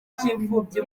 cy’imfubyi